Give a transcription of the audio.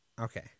Okay